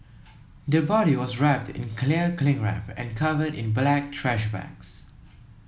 the body was wrapped in clear cling wrap and covered in black trash bags